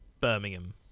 Birmingham